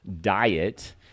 diet